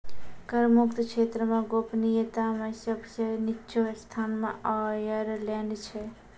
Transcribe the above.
कर मुक्त क्षेत्र मे गोपनीयता मे सब सं निच्चो स्थान मे आयरलैंड छै